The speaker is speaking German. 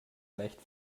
leicht